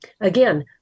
Again